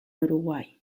uruguay